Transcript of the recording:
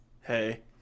Hey